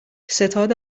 ستاد